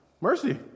Mercy